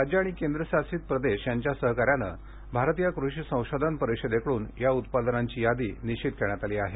राज्यं आणि केंद्रशासित प्रदेश यांच्या सहकार्यानं भारतीय कृषी संशोधन परिषदेकडून या उत्पादनांची यादी निश्चित करण्यात आली आहे